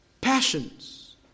passions